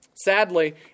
Sadly